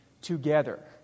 together